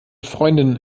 freunden